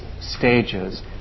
stages